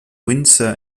windsor